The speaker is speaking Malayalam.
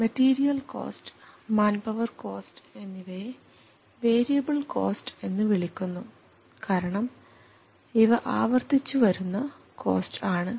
മെറ്റീരിയൽ കോസ്റ്റ് മാൻപവർ കോസ്റ്റ് എന്നിവയെ വേരിയബിൾ കോസ്റ്റ് എന്നു വിളിക്കുന്നു കാരണം ഇവ ആവർത്തിച്ചു വരുന്ന കോസ്റ്റ് ആണ്